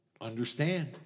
understand